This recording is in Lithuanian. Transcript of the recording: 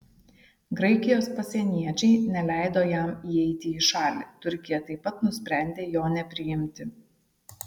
graikijos pasieniečiai neleido jam įeiti į šalį turkija taip pat nusprendė jo nepriimti